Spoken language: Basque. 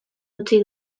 utzi